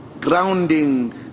grounding